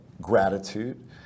gratitude